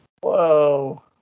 Whoa